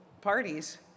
parties